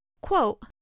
Quote